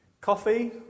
Coffee